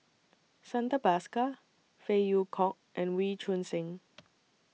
Santha Bhaskar Phey Yew Kok and Wee Choon Seng